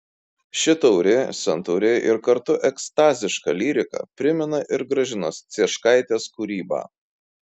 ši tauri santūri ir kartu ekstaziška lyrika primena ir gražinos cieškaitės kūrybą